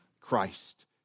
Christ